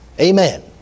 Amen